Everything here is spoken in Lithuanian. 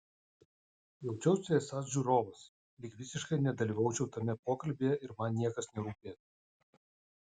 jaučiausi esąs žiūrovas lyg visiškai nedalyvaučiau tame pokalbyje ir man niekas nerūpėtų